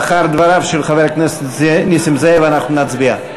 לאחר דבריו של חבר הכנסת נסים זאב אנחנו נצביע.